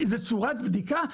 איזה צורת בדיקה,